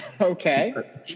Okay